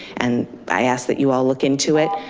and i ask that you all look into it.